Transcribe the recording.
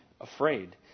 afraid